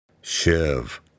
Shiv